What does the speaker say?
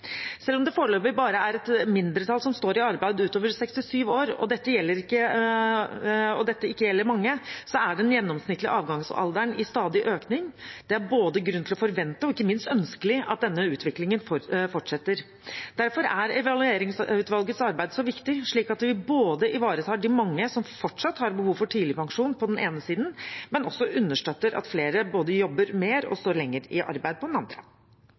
Selv om det foreløpig bare er et mindretall som står i arbeid utover 67 år, og dette ikke gjelder mange, er den gjennomsnittlige avgangsalderen stadig økende. Det er både grunn til å forvente og ikke minst ønskelig at denne utviklingen fortsetter. Derfor er evalueringsutvalgets arbeid så viktig, slik at vi både ivaretar de mange som fortsatt har behov for tidligpensjon på den ene siden, og også understøtter at flere både jobber mer og står lenger i arbeid på